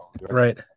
right